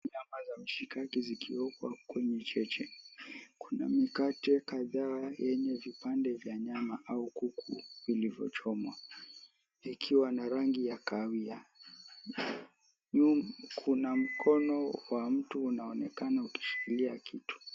Nyama za mshikaki zikiwekwa kwenye cheche. Kuna mikate kadhaa yenye vipande vya nyama au kuku vilivyochomwa vikiwa na rangi ya kahawia. Juu kuna mkono wa mtu uanonekana ukishikilia kitu.